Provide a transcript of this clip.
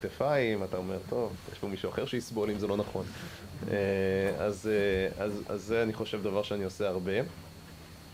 כתפיים, אתה אומר, טוב, יש פה מישהו אחר שיסבול אם זה לא נכון, אז... אז זה אני חושב דבר שאני עושה הרבה